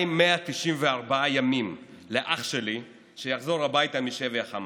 2,194 ימים, לאח שלי שיחזור הביתה משבי החמאס,